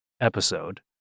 episode